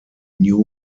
new